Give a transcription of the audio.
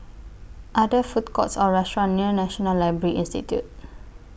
Are There Food Courts Or restaurants near National Library Institute